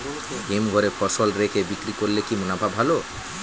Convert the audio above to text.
হিমঘরে ফসল রেখে বিক্রি করলে কি মুনাফা ভালো?